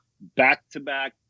back-to-back